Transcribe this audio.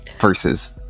versus